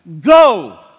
go